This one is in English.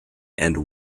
and